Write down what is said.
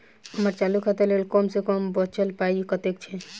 हम्मर चालू खाता लेल कम सँ कम बचल पाइ कतेक छै?